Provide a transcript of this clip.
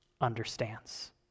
understands